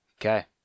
Okay